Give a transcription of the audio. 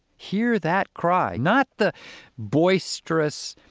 hear that cry, not the boisterous,